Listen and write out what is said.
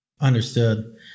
Understood